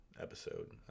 episode